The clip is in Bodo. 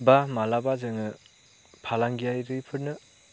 एबा मालाबा जोङो फालांगियारिफोरनो